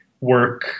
work